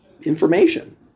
information